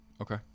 Okay